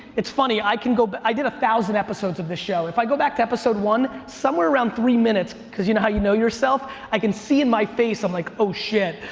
it's funny, i can go. but i did a thousand episodes of this show. if i go back to episode one, somewhere around three minutes, cause you know how you know yourself, i can see in my face i'm like, oh shit.